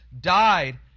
died